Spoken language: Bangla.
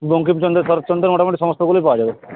বঙ্কিমচন্দ্র শরৎচন্দ্র মোটামুটি সমস্তগুলোই পাওয়া যাবে